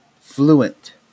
Fluent